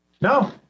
No